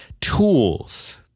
Tools